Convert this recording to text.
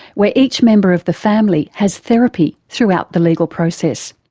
where each member of the family has therapy throughout the legal process.